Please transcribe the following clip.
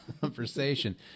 conversation